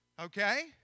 Okay